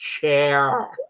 chair